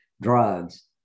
Drugs